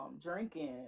drinking